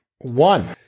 One